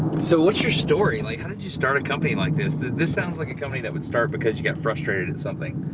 so what's your story? like how did you start a company like this? this sounds like a company that would start because you get frustrated at something.